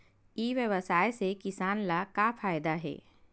ई व्यवसाय से किसान ला का फ़ायदा हे?